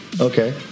Okay